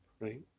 right